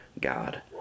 God